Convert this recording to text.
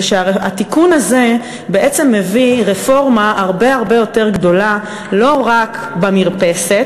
זה שהתיקון הזה מביא רפורמה הרבה הרבה יותר גדולה לא רק במרפסת,